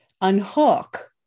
unhook